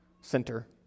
center